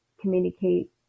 communicate